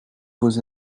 vos